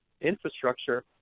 infrastructure